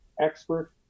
expert